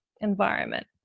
environment